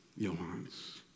Johannes